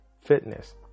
fitness